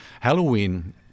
halloween